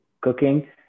cooking